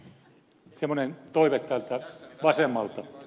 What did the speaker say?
semmoinen toive täältä vasemmalta